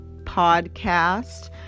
podcast